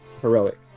heroic